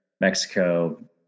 Mexico